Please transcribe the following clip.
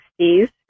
60s